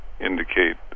indicate